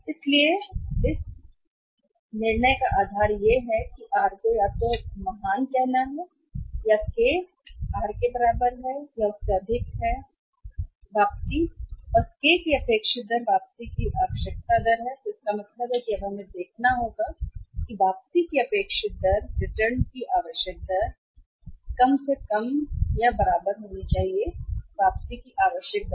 इसलिए का आधार निर्णय यह है कि r को या तो महान कहना है या K r के बराबर या उससे अधिक है वापसी और K की अपेक्षित दर वापसी की आवश्यक दर है तो इसका मतलब है कि अब हमें देखना होगा वापसी की अपेक्षित दर रिटर्न की आवश्यक दर या कम से कम के बराबर होनी चाहिए वापसी की आवश्यक दर